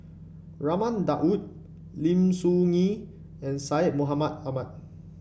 Raman Daud Lim Soo Ngee and Syed Mohamed Ahmed